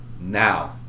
now